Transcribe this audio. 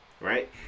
right